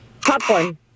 Popcorn